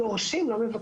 הם דורשים הם לא מבקשים,